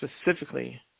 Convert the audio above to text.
specifically